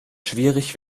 schwierig